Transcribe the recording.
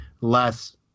less